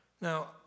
Now